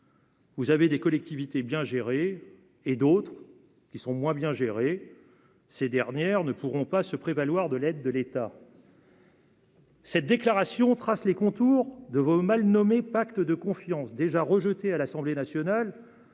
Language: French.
Vous avez des collectivités bien géré et d'autres qui sont moins bien gérées, ces dernières ne pourront pas se prévaloir de l'aide de l'État. Cette déclaration trace les contours de vos mal nommé Pacte de confiance déjà rejetée à l'Assemblée nationale